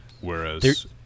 Whereas